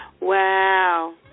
Wow